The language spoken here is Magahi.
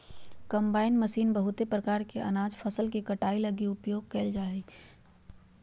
कंबाइन मशीन बहुत प्रकार के अनाज फसल के कटाई लगी उपयोग कयल जा हइ